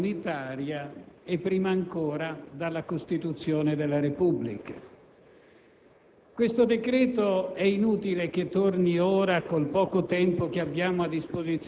proposte di miglioramento di questo decreto che possano riflettere orientamenti comuni,